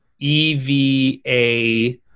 eva